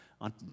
on